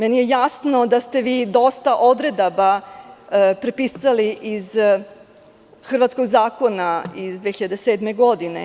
Jasno mi je da ste vi dosta odredaba prepisali iz hrvatskog zakona iz 2007. godine.